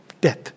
death